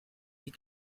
die